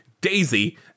Daisy